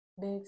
Big